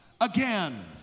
again